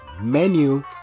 menu